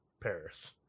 Paris